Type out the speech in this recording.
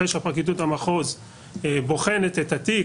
אחרי שפרקליטות המחוז בוחנת את התיק,